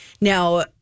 Now